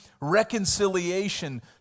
reconciliation